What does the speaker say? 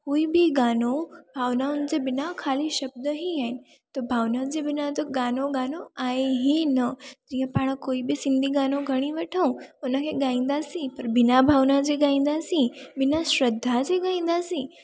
कोई बि गानो भावनाउनि जे बिना ख़ाली शब्द ई आहिनि त भावनाउनि जे बिना त गानो गानो आहे ई न जीअं पाण कोई बि सिंधी गानो खणी वठो उन खे ॻाईंदासीं पर बिना भावनाउनि जे ॻाईंदासीं बिना श्रद्धा से ॻाईंदासीं